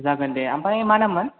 जागोन दे ओमफ्राय मा नाममोन